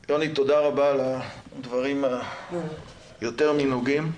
יוני, תודה רבה על הדברים היותר מנוגעים.